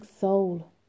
soul